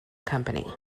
company